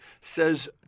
says